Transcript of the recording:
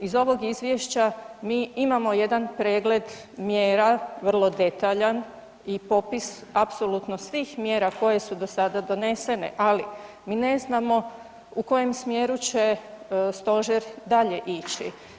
Iz ovog izvješća mi imamo jedan pregled mjera vrlo detaljan i popis apsolutno svih mjera koje su do sada donesene ali mi ne znamo u kojem smjeru će stožer dalje ići.